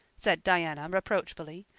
said diana reproachfully.